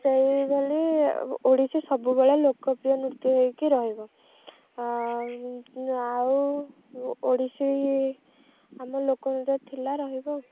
ସେଇଭଳି ଓଡ଼ିଶୀ ସବୁବେଳେ ଲୋକପ୍ରିୟ ନୃତ୍ୟ ହେଇକି ରହିବ ଆଉ ଆଉ ଓଡ଼ିଶୀ ଆମ ଲୋକନୃତ୍ୟ ଥିଲା ରହିବ